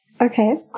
Okay